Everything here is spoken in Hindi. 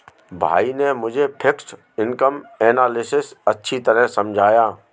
भाई ने मुझे फिक्स्ड इनकम एनालिसिस अच्छी तरह समझाया